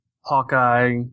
Hawkeye